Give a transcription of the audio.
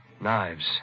Knives